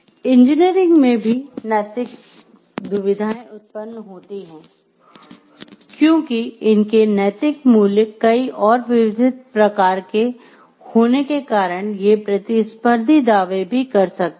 engineering में भी नैतिक दुविधाएं उत्पन्न होती हैं क्योंकि इनके नैतिक मूल्य कई और विविध प्रकार के होने के कारण ये प्रतिस्पर्धी दावे भी कर सकते हैं